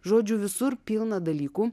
žodžiu visur pilna dalykų